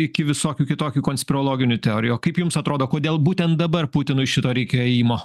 iki visokių kitokių konsprologinių teorijų o kaip jums atrodo kodėl būtent dabar putinui šito reikia ėjimo